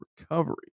recovery